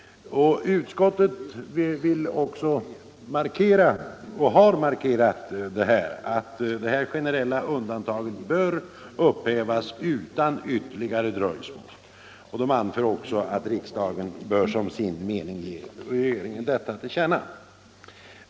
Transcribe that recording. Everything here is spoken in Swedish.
Utskottet har också markerat att det här generella undantaget bör upphävas utan ytterligare dröjsmål och anför att riksdagen bör som sin mening ge regeringen detta till känna.